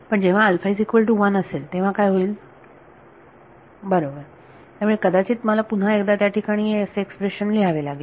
पण जेव्हा असेल तेव्हा काय होईल बरोबर त्यामुळे कदाचित मला पुन्हा एकदा ह्या ठिकाणी येथे एक्सप्रेशन लिहावे लागेल